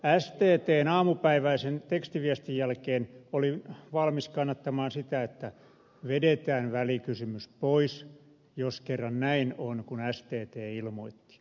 sttn aamupäiväisen tekstiviestin jälkeen olin valmis kannattamaan sitä että vedetään välikysymys pois jos kerran näin on kuten stt ilmoitti